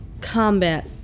combat